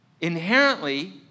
Inherently